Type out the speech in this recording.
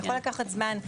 זה יכול לקחת זמן,